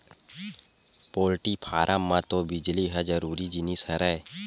poultry farm म तो बिजली ह जरूरी जिनिस हरय